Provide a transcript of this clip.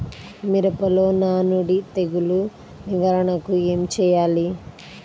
మిరపలో నానుడి తెగులు నివారణకు ఏమి చేయాలి?